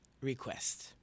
request